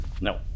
No